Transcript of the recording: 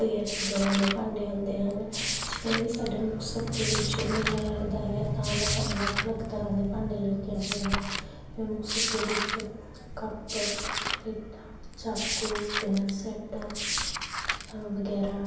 ਐਰਾ ਵਗੈਰਾ ਦੇ ਭਾਂਡੇ ਹੁੰਦੇ ਹਨ ਜਿਵੇਂ ਕੀ ਸਾਡਾ ਮੁਕਤਸਰ ਦੇ ਵਿੱਚ ਮੇਲਾ ਲੱਗਦਾ ਹੈ ਤਾਂ ਮੈਂ ਅਲੱਗ ਅਲੱਗ ਤਰ੍ਹਾਂ ਦੇ ਭਾਂਡੇ ਲੈਕੇ ਆਂਦੀ ਹਾਂ ਜਿਵੇਂ ਮੁਕਤਸਰ ਦੇ ਵਿੱਚ ਕੱਪ ਪਲੇਟਾ ਚਾਕੂ ਡਿਨਰ ਸੈਟ ਵਗੈਰਾ